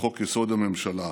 לחוק-יסוד: הממשלה,